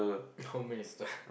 how many is that